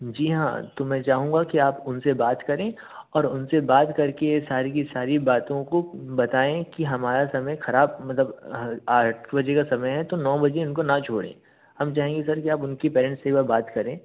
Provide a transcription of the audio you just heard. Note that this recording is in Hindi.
जी हाँ तो मैं चाहूँगा कि आप उन से बात करें और उन से बात कर के सारी की सारी बातों को बताएँ कि हमारा समय ख़राब मतलब आठ बजे का समय है तो नौ बजे इनको ना छोड़ें हम चाहेंगे सर कि आप उनके पेरेंट्स से एक बार बात करें